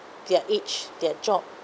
their age their job